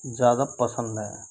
ज़्यादा पसंद हैं